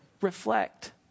reflect